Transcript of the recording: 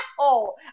asshole